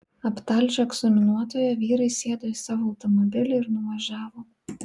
aptalžę egzaminuotoją vyrai sėdo į savo automobilį ir nuvažiavo